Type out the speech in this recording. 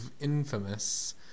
infamous